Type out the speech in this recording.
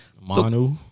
Manu